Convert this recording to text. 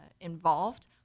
involved